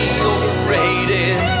Overrated